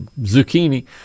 zucchini